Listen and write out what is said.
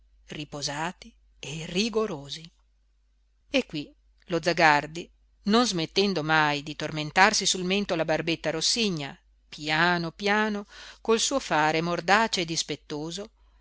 riposati e rigorosi e qui lo zagardi non smettendo mai di tormentarsi sul mento la barbetta rossigna piano piano col suo fare mordace e dispettoso